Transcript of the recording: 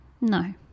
No